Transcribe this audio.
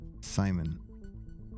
Simon